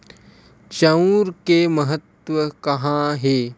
चांउर के महत्व कहां हे?